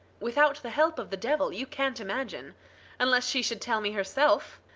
without the help of the devil, you can't imagine unless she should tell me herself.